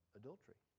adultery